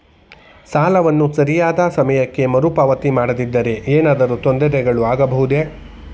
ಸಾಲವನ್ನು ಸರಿಯಾದ ಸಮಯಕ್ಕೆ ಮರುಪಾವತಿ ಮಾಡದಿದ್ದರೆ ಏನಾದರೂ ತೊಂದರೆಗಳು ಆಗಬಹುದೇ?